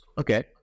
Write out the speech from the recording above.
okay